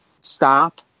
Stop